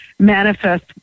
manifest